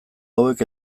hauek